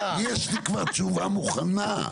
יש לי כבר תשובה מוכנה.